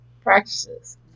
practices